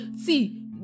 See